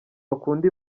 bakunda